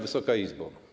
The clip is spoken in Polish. Wysoka Izbo!